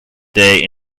day